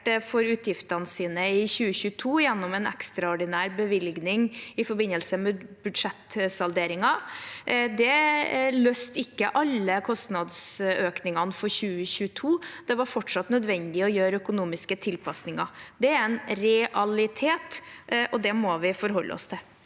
for utgiftene sine i 2022 gjennom en ekstraordinær bevilgning i forbindelse med budsjettsalderingen, løste ikke alle kostnadsøkningene for 2022. Det var fortsatt nødvendig å gjøre økonomiske tilpasninger. Det er en realitet, og det må vi forholde oss til.